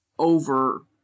over